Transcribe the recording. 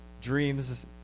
dreams